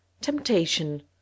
Temptation